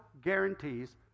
guarantees